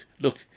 Look